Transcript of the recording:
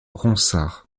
ronsard